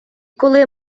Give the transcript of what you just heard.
коли